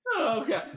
Okay